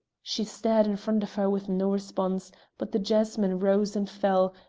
she stared in front of her with no response but the jasmine rose and fell,